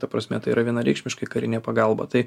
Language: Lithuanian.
ta prasme tai yra vienareikšmiškai karinė pagalba tai